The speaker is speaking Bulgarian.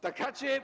Така че